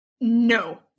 No